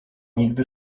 nigdy